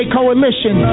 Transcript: Coalition